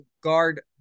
guard